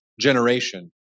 generation